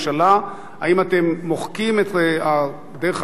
האם אתם מוחקים את הדרך הקודמת שהלכתם